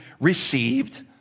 received